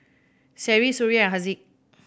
Seri Suria Haziq